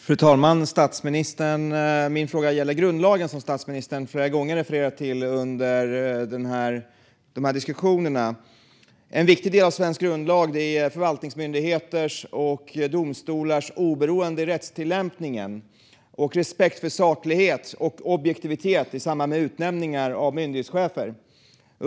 Fru talman och statsministern! Min fråga gäller grundlagen, som statsministern flera gånger refererat till under de här diskussionerna. En viktig del av svensk grundlag är förvaltningsmyndigheters och domstolars oberoende i rättstillämpningen och respekten för saklighet och objektivitet i samband med utnämningar av myndighetschefer.